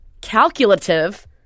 calculative